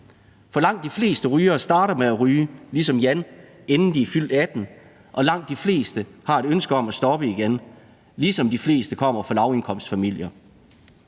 Langt de fleste rygere starter med at ryge ligesom Jan, inden de er fyldt 18 år, og langt de fleste har et ønske om at stoppe igen, ligesom de fleste kommer fra lavindkomstfamilier.